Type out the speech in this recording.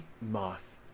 Moth